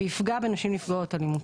ויפגע בנשים נפגעות אלימות.